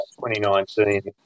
2019